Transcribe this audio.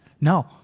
No